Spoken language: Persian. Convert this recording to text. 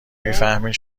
میفهمین